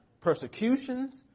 persecutions